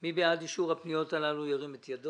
מי בעד אישור פניות מספר 432 עד 435?